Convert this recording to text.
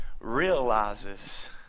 realizes